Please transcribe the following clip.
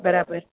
बराबरि